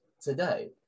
today